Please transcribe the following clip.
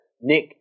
Nick